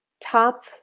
top